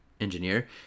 engineer